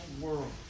world